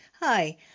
Hi